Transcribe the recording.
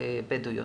בדואיות.